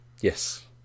Yes